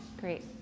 Great